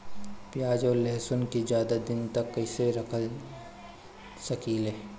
प्याज और लहसुन के ज्यादा दिन तक कइसे रख सकिले?